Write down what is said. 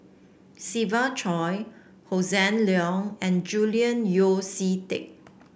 Siva Choy Hossan Leong and Julian Yeo See Teck